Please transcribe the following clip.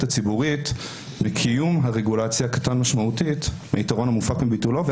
הציבורית לקיום הרגולציה קטנה משמעותית מהיתרון המופק מביטולו,